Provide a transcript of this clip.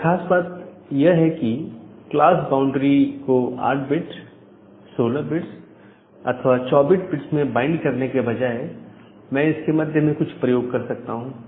यह खास बात यह है कि क्लास बाउंड्री को 8 बिट 16 बिट अथवा 24 बिट में बाइंड bind करने के बजाए मैं इसके मध्य में कुछ प्रयोग कर सकता हूं